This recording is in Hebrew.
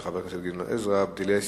של חבר הכנסת גדעון עזרא: בדלי סיגריות.